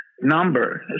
number